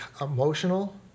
emotional